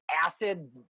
acid